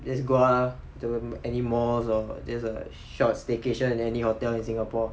just go out to any malls or just a short staycation in any hotel in singapore